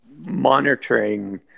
monitoring